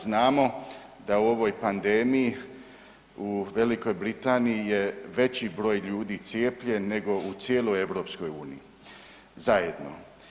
Znamo da u ovoj pandemiji u Velikoj Britaniji je veći broj ljudi cijepljen nego u cijeloj EU zajedno.